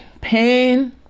pain